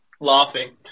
laughing